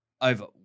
over –